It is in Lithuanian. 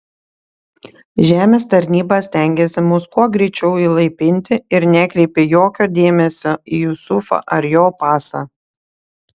žemės tarnyba stengėsi mus kuo greičiau įlaipinti ir nekreipė jokio dėmesio į jusufą ar jo pasą